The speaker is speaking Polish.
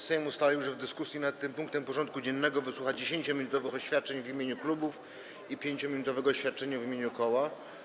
Sejm ustalił, że w dyskusji nad tym punktem porządku dziennego wysłucha 10-minutowych oświadczeń w imieniu klubów i 5-minutowego oświadczenia w imieniu koła.